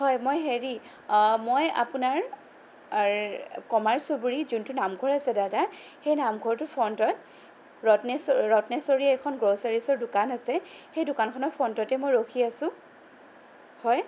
হয় মই হেৰি মই আপোনাৰ কমাৰচুবুৰী যোনটো নামঘৰ আছে দাদা সেই নামঘৰটোৰ ফ্ৰণ্টত ৰত্নে ৰত্নেশ্বৰী এখন গ্ৰ'চাৰীচৰ দোকান আছে সেই দোকানখনৰ ফ্ৰণ্টতে মই ৰখি আছোঁ হয়